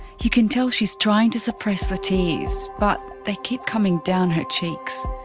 you can tell she's trying to supress the tears, but they keep coming down her cheeks.